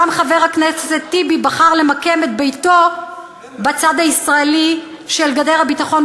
גם חבר הכנסת טיבי בחר למקם את ביתו בצד הישראלי של גדר הביטחון,